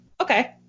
okay